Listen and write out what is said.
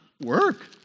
work